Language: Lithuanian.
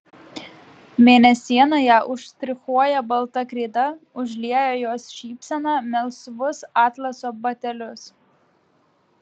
mėnesiena ją užštrichuoja balta kreida užlieja jos šypseną melsvus atlaso batelius